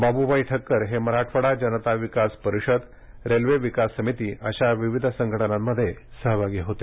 बाबूभाई ठक्कर हे मराठवाडा जनता विकास परिषद रेल्वे विकास समिती अशा विविध संघटनेत सहभागी होते